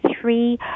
three